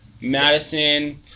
Madison